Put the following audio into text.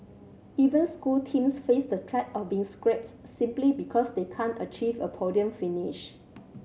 even school teams face the threat of being scrapped simply because they can't achieve a podium finish